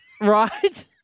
right